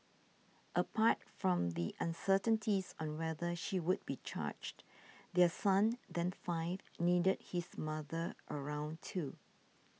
apart from the uncertainties on whether she would be charged their son then five needed his mother around too